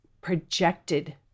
projected